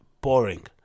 boring